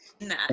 Nah